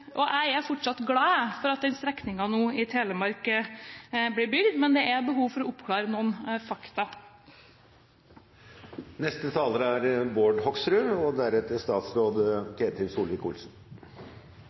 gjør. Jeg er fortsatt glad for at denne strekningen i Telemark nå blir bygd. Men det er behov for å oppklare noen fakta. Foregående taler